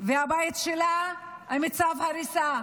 ועל הבית שלה יש צו הריסה.